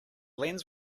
lens